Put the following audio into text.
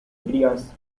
areas